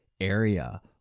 area